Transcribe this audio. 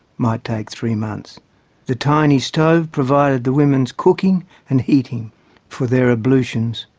might take three months the tiny stove provided the women's cooking and heating for their ablutions,